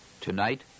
Tonight